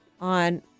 on